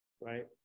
right